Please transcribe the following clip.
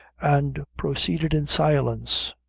and proceeded in silence.